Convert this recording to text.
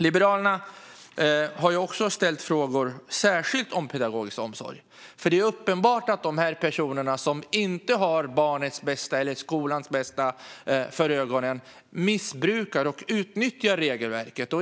Liberalerna har också ställt frågor särskilt om pedagogisk omsorg, för det är uppenbart att de här personerna som inte har barnets eller skolans bästa för ögonen missbrukar och utnyttjar regelverket.